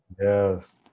Yes